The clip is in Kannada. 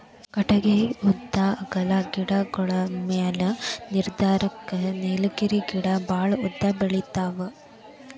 ಕಟಗಿ ಉದ್ದಾ ಅಗಲಾ ಗಿಡಗೋಳ ಮ್ಯಾಲ ನಿರ್ಧಾರಕ್ಕತಿ ನೇಲಗಿರಿ ಗಿಡಾ ಬಾಳ ಉದ್ದ ಬೆಳಿತಾವ